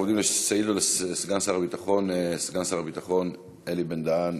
אנחנו עוברים לסגן שר הביטחון אלי בן-דהן,